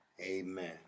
Amen